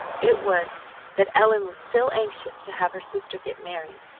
it was that ellen was still anxious to have her sister get married,